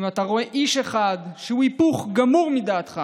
אם אתה רואה איש אחד שהוא היפוך גמור מדעתך